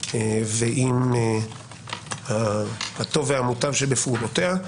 ועם הטוב והמוטב שבפעולותיה.